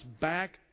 back